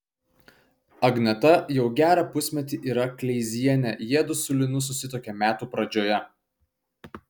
agneta jau gerą pusmetį yra kleizienė jiedu su linu susituokė metų pradžioje